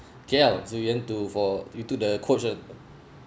K_L so we went to for we took the coach uh